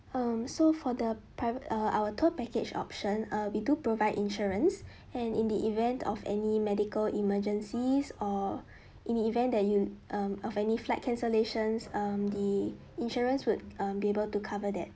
um so for the private uh our tour package option uh we do provide insurance and in the event of any medical emergencies or in the event that you um have any flight cancellations um the insurance would um be able to cover that